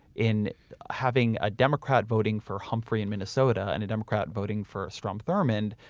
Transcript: in having a democrat voting for humphrey in minnesota and a democrat voting for a strom thurmond,